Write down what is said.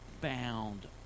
bound